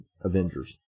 Avengers